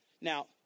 Now